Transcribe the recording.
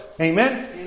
Amen